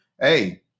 hey